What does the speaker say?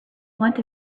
want